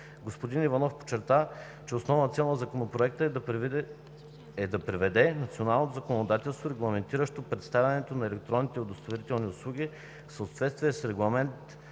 Господин Иванов подчерта, че основната цел на Законопроекта е да приведе националното законодателство, регламентиращо предоставянето на електронни удостоверителни услуги, в съответствие с Регламент